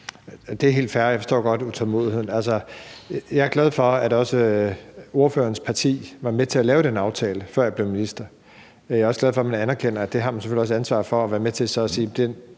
Det er helt fair, og jeg forstår godt utålmodigheden. Jeg er glad for, at også ordførerens parti var med til at lave den aftale, før jeg blev minister, og jeg er også glad for, at man anerkender, at man selvfølgelig også har et ansvar for så at være med til at sige,